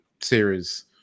series